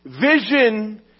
Vision